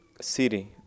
city